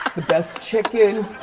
the best chicken,